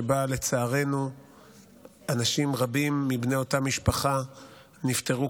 שבה לצערנו אנשים רבים מבני אותה משפחה נפטרו